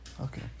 Okay